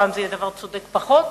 פעם זה יהיה דבר צודק פחות,